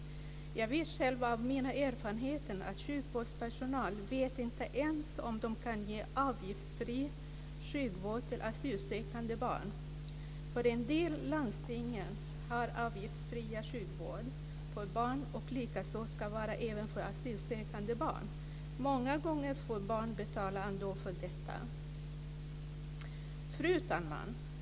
Jag vet själv av mina erfarenheter att sjukvårdspersonal inte ens vet att de kan ge avgiftsfri sjukvård till asylsökande barn. En del landsting har avgiftsfri sjukvård för barn. Likaså ska vården vara avgiftsfri för asylsökande barn. Många gånger får barn ändå betala för detta. Fru talman!